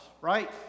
right